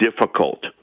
difficult